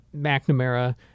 McNamara